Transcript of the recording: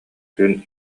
күн